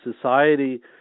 society